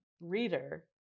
reader